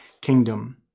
kingdom